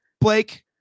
Blake